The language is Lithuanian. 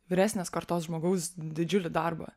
vyresnės kartos žmogaus didžiulį darbą